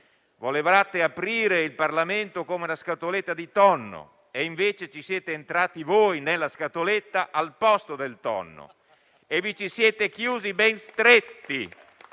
Volevate aprire il Parlamento come una scatoletta di tonno e, invece, ci siete entrati voi nella scatoletta al posto del tonno e vi ci siete chiusi ben stretti,